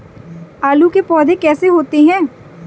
आलू के पौधे कैसे होते हैं?